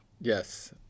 Yes